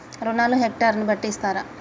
రుణాలు హెక్టర్ ని బట్టి ఇస్తారా?